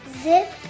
zip